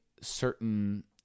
certain